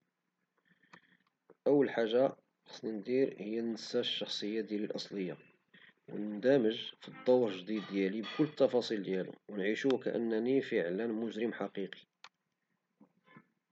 أول حاجة خصني ندير هو ننسى الشخصية ديالي الاصلية وننذمج في الدور الجديد ديالي بكل التفاصيل ديالو ونعيشو كأنني فعلا مجرم حقيقي.